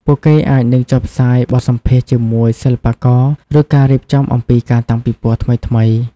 ពួកគេអាចនឹងចុះផ្សាយបទសម្ភាសន៍ជាមួយសិល្បករ ឬការរៀបរាប់អំពីការតាំងពិពណ៌ថ្មីៗ។